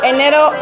Enero